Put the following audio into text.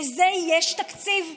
לזה יש תקציב?